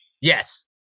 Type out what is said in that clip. yes